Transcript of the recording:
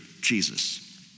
Jesus